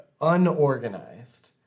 unorganized